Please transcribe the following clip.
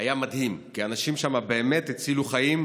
היה מדהים, כי האנשים שם באמת הצילו חיים,